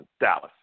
Dallas